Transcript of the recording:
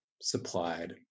supplied